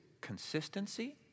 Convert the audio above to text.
consistency